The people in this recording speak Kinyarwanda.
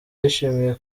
yishimiye